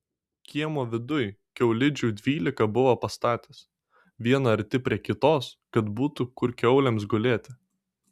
kiemo viduj kiaulidžių dvylika buvo pastatęs vieną arti prie kitos kad būtų kur kiaulėms gulėti